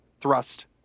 thrust